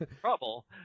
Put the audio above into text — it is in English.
trouble